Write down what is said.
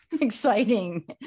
exciting